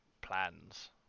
plans